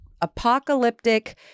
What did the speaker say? apocalyptic